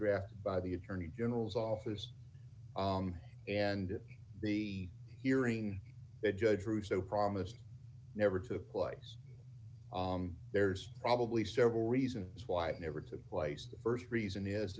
drafted by the attorney general's office and the hearing that judge russo promised never to place there's probably several reasons why it never took place the st reason